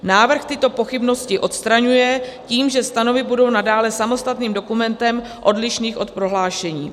Návrh tyto pochybnosti odstraňuje tím, že stanovy budou nadále samostatným dokumentem odlišným od prohlášení.